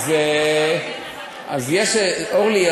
אורלי,